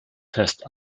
test